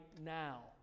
now